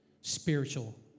spiritual